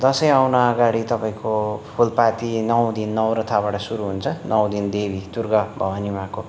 दसैँ आउन अगाडि तपाईँको फुलपाती नौ दिन नौरथाबाट सुरु हुन्छ नौ दिन देवी दुर्गा भवानी माँको